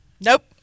Nope